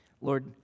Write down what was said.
Lord